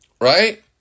Right